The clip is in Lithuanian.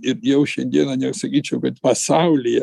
ir jau šiandieną nesakyčiau kad pasaulyje